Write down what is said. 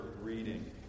reading